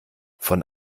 von